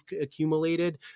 accumulated